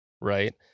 right